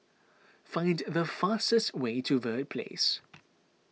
find the fastest way to Verde Place